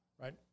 right